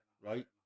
right